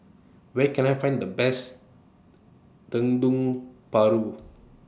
Where Can I Find The Best Dendeng Paru